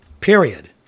Period